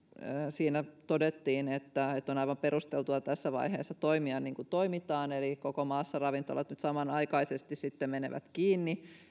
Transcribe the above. siinä todettiin että että on aivan perusteltua tässä vaiheessa toimia niin kuin toimitaan eli koko maassa ravintolat nyt samanaikaisesti sitten menevät kiinni